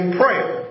prayer